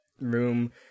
room